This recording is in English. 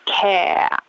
care